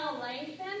lengthen